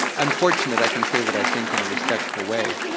i'm fortunate, i can say what i think in a respectful way,